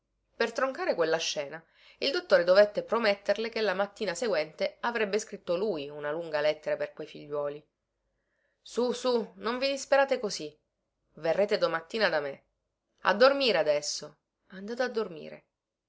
per troncare quella scena il dottore dovette prometterle che la mattina seguente avrebbe scritto lui una lunga lettera per quei figliuoli su su non vi disperate così verrete domattina d me a dormire adesso andate a dormire